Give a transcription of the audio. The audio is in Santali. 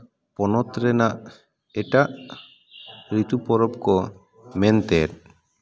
ᱯᱚᱱᱚᱛ ᱨᱮᱱᱟᱜ ᱮᱴᱟᱜ ᱨᱤᱛᱩ ᱯᱚᱨᱚᱵᱽ ᱠᱚ ᱢᱮᱱᱛᱮ